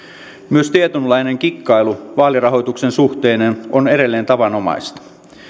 myös tietynlainen kikkailu vaalirahoituksen suhteen on edelleen tavanomaista